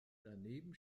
daneben